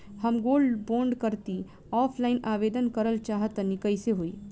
हम gold bond करंति offline आवेदन करल चाह तनि कइसे होई?